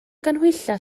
ganhwyllau